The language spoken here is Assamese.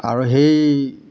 আৰু সেই